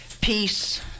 peace